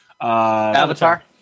Avatar